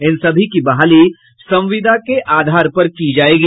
इन सभी की बहाली संविदा के आधार पर की जायेगी